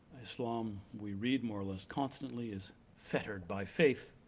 islam we read more less constantly as fettered by faith,